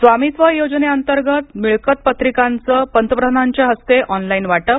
स्वामित्व योजने अंतर्गत मिळकत पत्रिकांचं पंतप्रधानांच्या हस्ते ऑनलाईन वाटप